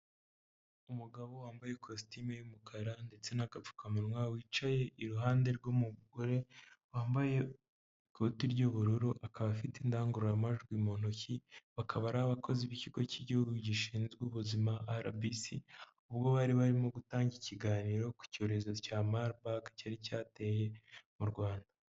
Umugabo wambaye ikositimu y'umukara ndetse n'agapfukamunwa wicaye iruhande rw'umugore wambaye ikoti ry'ubururu, akaba afite indangururamajwi mu ntoki, bakaba ari abakozi b'ikigo cy'igihugu gishinzwe ubuzima RBC. Ubwo bari barimo gutanga ikiganiro ku cyorezo cya Marburg cyari cyateye mu Rwanda.